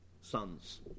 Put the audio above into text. sons